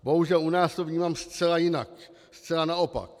Bohužel u nás to vnímám zcela jinak, zcela naopak.